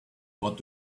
what